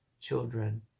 children